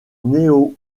néo